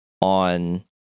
on